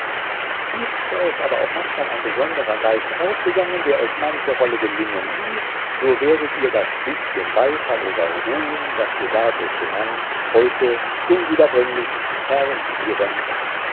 ist euch aber auch manchmal ein besonderer geist aufgegangen der euch manche rolle gelingen ließ so werdet ihr das bißchen beifall oder ruhm das ihr dadurch gewannt heute unwiederbringlich verlieren